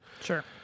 Sure